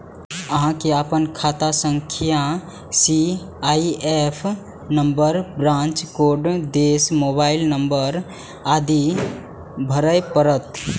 अहां कें अपन खाता संख्या, सी.आई.एफ नंबर, ब्रांच कोड, देश, मोबाइल नंबर आदि भरय पड़त